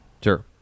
sure